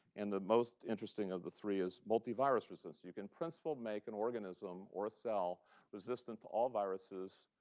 and the most interesting of the three is multi-virus resistance. you can principle make an organism or cell resistant to all viruses,